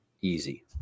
Easy